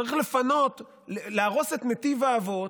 צריך לפנות, להרוס את נתיב האבות,